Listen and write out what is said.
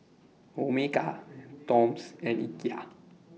Omega Toms and Ikea